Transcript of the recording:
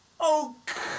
Oak